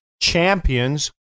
champions